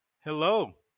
Hello